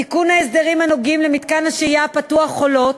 תיקון ההסדרים הקשורים למתקן השהייה הפתוח "חולות",